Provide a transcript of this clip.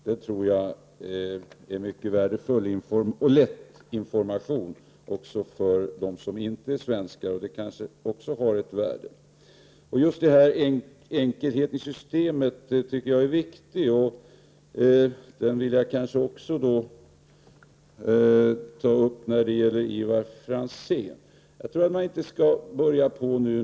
Det tror jag är en mycket värdefull och lättillgänglig information också för dem som inte är svenskar, vilket kanske också har ett värde. Den här enkelheten i systemet tycker jag är viktig, vilket jag också vill nämna med anledning av det Ivar Franzén sade.